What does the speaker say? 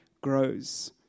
grows